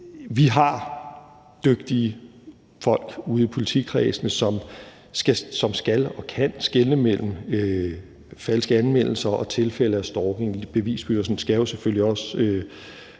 Vi har dygtige folk ude i politikredsene, som skal og kan skelne mellem falske anmeldelser og tilfælde af stalking. Bevisførelsen